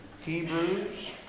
Hebrews